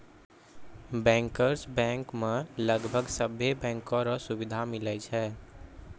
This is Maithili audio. बैंकर्स बैंक मे लगभग सभे बैंको रो सुविधा मिलै छै